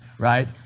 Right